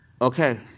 Okay